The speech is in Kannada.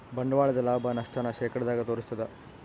ಬಂಡವಾಳದ ಲಾಭ, ನಷ್ಟ ನ ಶೇಕಡದಾಗ ತೋರಿಸ್ತಾದ